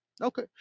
Okay